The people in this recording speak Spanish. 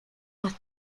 más